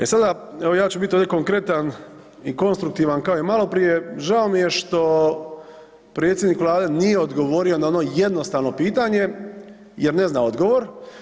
E sada evo ja ću biti ovdje konkretan i konstruktivan kao i maloprije žao mi je što predsjednik vlade nije odgovorio na ono jednostavno pitanje jer ne zna odgovor.